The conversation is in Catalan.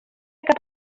cap